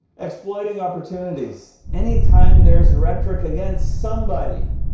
exploiting opportunities. anytime there is rhetoric against somebody,